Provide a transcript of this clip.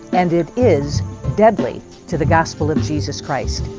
and it is deadly to the gospel of jesus christ